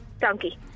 Donkey